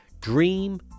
dream